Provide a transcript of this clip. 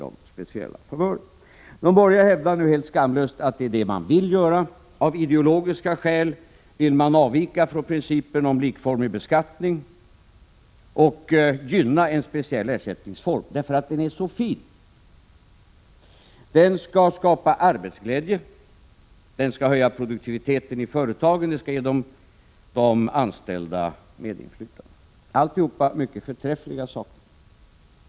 De borgerliga hävdar nu helt skamlöst att det är det man vill göra. Av ideologiska skäl vill man avvika från principen om likformig beskattning och i stället gynna en speciell ersättningsform, därför att den är så fin. Den skall skapa arbetsglädje, den skall höja produktiviteten i företagen och den skall ge de anställda medinflytande. Allt detta är mycket förträffliga saker.